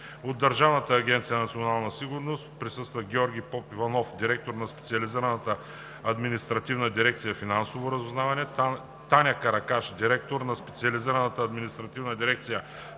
от Държавната агенция „Национална сигурност“ – Георги Попиванов – директор на Специализирана административна дирекция „Финансово разузнаване“, Таня Каракаш – директор на Специализирана административна дирекция „Правно-нормативно